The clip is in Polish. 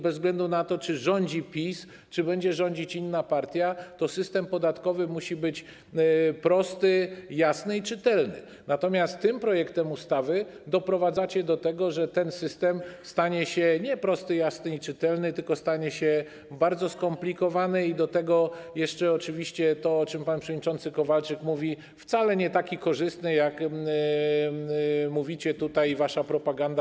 Bez względu na to, czy rządzi PiS, czy będzie rządzić inna partia, to system podatkowy musi być prosty, jasny i czytelny, natomiast tym projektem ustawy doprowadzacie do tego, że ten system nie stanie się prosty, jasny i czytelny, tylko stanie się bardzo skomplikowany i do tego jeszcze oczywiście to, o czym mówi pan przewodniczący Kowalczyk, wcale nie taki korzystny, jak mówicie tutaj i przedstawia to wasza propaganda.